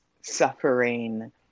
suffering